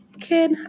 kid